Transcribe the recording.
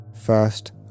First